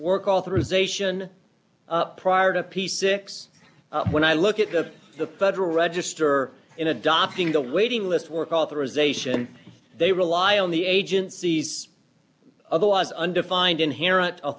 work authorization prior to p six when i look at the the federal register in adopting the waiting list work authorization they rely on the agency's otherwise undefined inherent